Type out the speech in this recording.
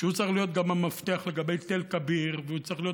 שצריך להיות גם המפתח לגבי תל כביר וצריך להיות